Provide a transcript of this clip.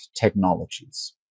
technologies